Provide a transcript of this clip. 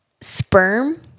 sperm